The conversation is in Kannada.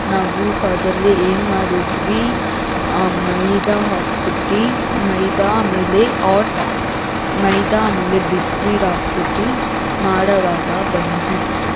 ನಾವು ಅದಲ್ಲಿ ಏನು ಮಾಡಿದ್ವಿ ಮೈದಾ ಹಾಕ್ಬಿಟ್ಟು ಮೈದಾ ಆಮೇಲೆ ಆಟ್ ಮೈದಾ ಆಮೇಲೆ ಬಿಸ್ನೀರು ಹಾಕ್ಬಿಟ್ಟು ಮಾಡುವಾಗ ಬಂದಿತ್ತು